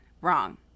Wrong